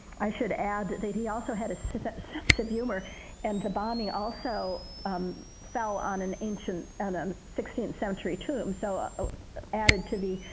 i should add that he also had a sense of humor and the bombing also fell on an ancient and um sixteenth century tomb, so ah added to the